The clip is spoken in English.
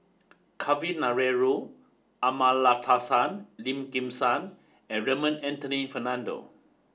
Kavignareru Amallathasan Lim Kim San and Raymond Anthony Fernando